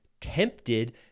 tempted